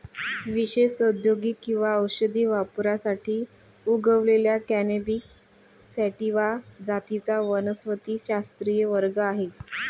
विशेषत औद्योगिक किंवा औषधी वापरासाठी उगवलेल्या कॅनॅबिस सॅटिवा जातींचा वनस्पतिशास्त्रीय वर्ग आहे